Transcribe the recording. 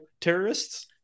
terrorists